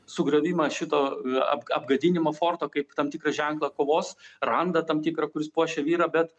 sugriovimą šito ap apgadinimą forto kaip tam tikrą ženklą kovos randą tam tikrą kuris puošia vyrą bet